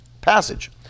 passage